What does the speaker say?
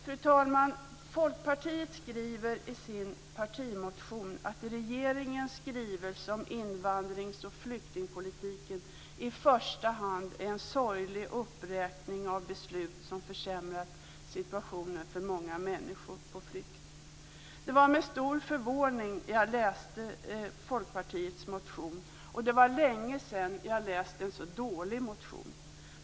Fru talman! Folkpartiet skriver i sin partimotion att regeringens skrivelse om invandrings och flyktingpolitiken i första hand är en sorglig uppräkning av beslut som försämrat situationen för många människor på flykt. Det var med stor förvåning jag läste Folkpartiets motion. Det var länge sedan jag läste en så dålig motion.